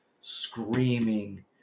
screaming